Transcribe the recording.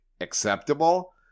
acceptable